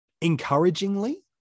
Encouragingly